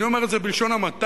אני אומר את זה בלשון המעטה,